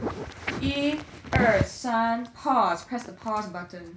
一二三 pause press the pause button